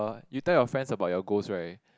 you tell your friends about your goals right